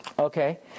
Okay